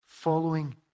Following